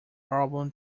album